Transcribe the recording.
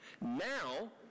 Now